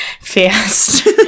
fast